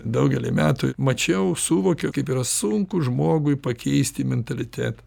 daugelį metų mačiau suvokiau kaip yra sunku žmogui pakeisti mentalitetą